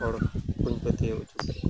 ᱦᱚᱲ ᱵᱟᱹᱧ ᱯᱟᱹᱛᱭᱟᱹᱣ ᱚᱪᱚᱞᱮᱫ ᱠᱚᱣᱟ